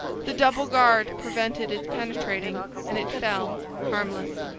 the double guard prevented its penetrating and it fell harmless.